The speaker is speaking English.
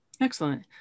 Excellent